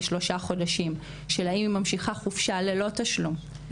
שלושה חודשים שלה אם היא ממשיכה חופשה ללא תשלום.